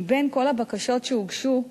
מבין כל הבקשות שהוגשו,